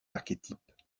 archétypes